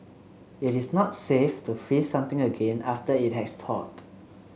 it is not safe to freeze something again after it has thawed